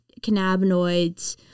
cannabinoids